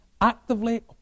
actively